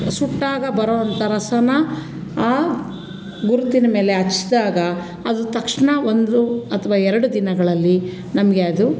ಸುಟ್ಟಾಗ ಬರುವಂಥ ರಸನ ಆ ಗುರುತಿನ ಮೇಲೆ ಹಚ್ದಾಗ ಅದು ತಕ್ಷಣ ಒಂದು ಅಥ್ವಾ ಎರಡು ದಿನಗಳಲ್ಲಿ ನಮಗೆ ಅದು